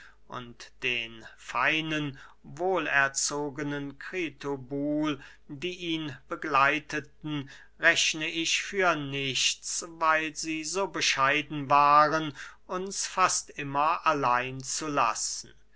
und den feinen wohlerzogenen kritobul die ihn begleiteten rechne ich für nichts weil sie so bescheiden waren uns fast immer allein zu lassen